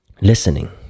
listening